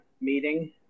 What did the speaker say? meeting